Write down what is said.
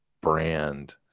brand